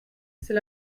c’est